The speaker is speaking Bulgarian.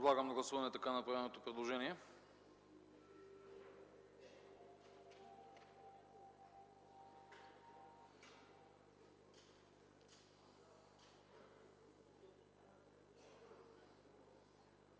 Подлагам на гласуване така направеното предложение.